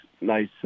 nice